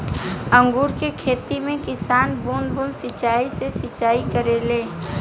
अंगूर के खेती में किसान बूंद बूंद सिंचाई से सिंचाई करेले